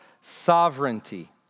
sovereignty